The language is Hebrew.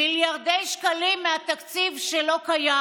מיליארדי שקלים מהתקציב, שלא קיים.